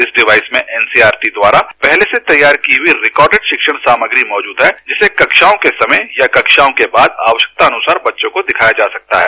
इस डिवाईस में एनसीईआरटी द्वारा पहले से तैयार की हई रिकॉर्डेड शिक्षण सामग्री मौजूद है जिसे कक्षाओं के समय या कक्षाओं के बाद आवश्यकतानुसार बच्चों को दिखाया जा सकता है